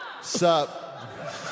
Sup